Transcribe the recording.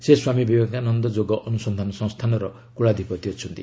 ସେ ସ୍ୱାମୀ ବିବେକାନନ୍ଦ ଯୋଗ ଅନୁସନ୍ଧାନ ସଂସ୍ଥାନର କୁଳାଧୂପତି ଅଛନ୍ତି